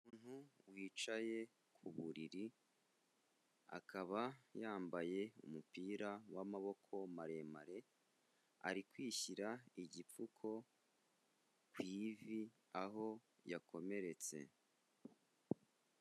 Umuntu wicaye ku buriri akaba yambaye umupira w'amaboko maremare, ari kwishyira igipfuko ku ivi aho yakomeretse.